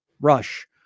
rush